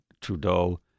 Trudeau